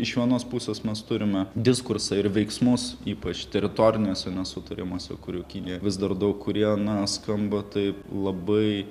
iš vienos pusės mes turime diskursą ir veiksmus ypač teritoriniuose nesutarimuose kurių kinija vis dar daug kurie na skamba taip labai